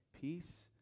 peace